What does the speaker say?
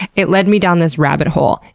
it led me down this rabbit hole.